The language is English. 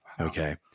Okay